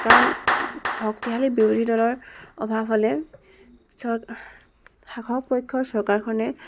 কাৰণ শক্তিশালী বিৰোধী দলৰ অভাৱ হ'লে চৰ শাসক পক্ষৰ চৰকাৰখনে